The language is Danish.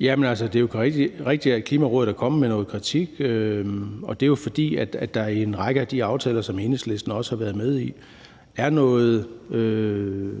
det er jo rigtigt, at Klimarådet er kommet med noget kritik. Og det er jo, fordi der i en række af de aftaler, som Enhedslisten også har været med i, er